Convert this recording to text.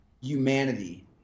humanity